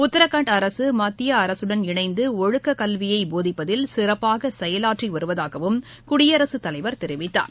உத்தரகாண்ட் அரசு மத்திய அரசுடன் இணைந்து ஒழுக்கக்கல்வியை போதிப்பதில் சிறப்பாக செயலாற்றி வருவதாகவும்குடியரசுத் தலைவர் தெரிவித்தார்